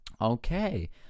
Okay